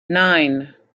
nine